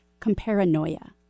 comparanoia